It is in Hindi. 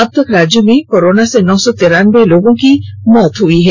अब तक राज्य में कोरोना से नौ सौ तिरानबे लोगों की मौत हुई हैं